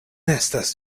estas